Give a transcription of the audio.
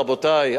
רבותי,